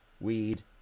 weed